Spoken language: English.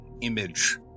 image